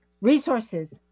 resources